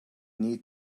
need